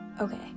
Okay